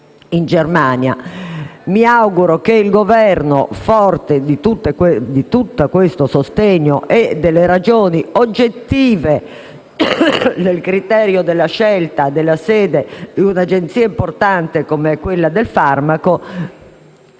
Mi auguro che il Governo, forte di tutto questo sostegno e delle ragioni oggettive nel criterio della scelta della sede di un'Agenzia importante come quella del farmaco,